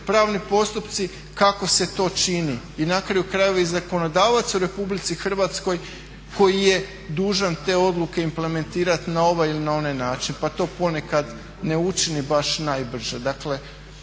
pravni postupci kako se to čini i na kraju krajeva i zakonodavac u RH koji je dužan te odluke implementirati na ovaj ili na onaj način pa to ponekad ne učini baš najbrže.